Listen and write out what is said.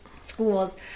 schools